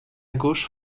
gauche